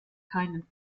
keinen